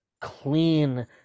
clean